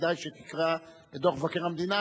כדאי שתקרא את דוח מבקר המדינה.